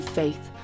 faith